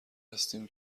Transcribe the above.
هستیم